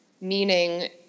meaning